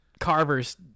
Carver's